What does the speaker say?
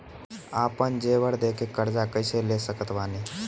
आपन जेवर दे के कर्जा कइसे ले सकत बानी?